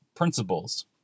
principles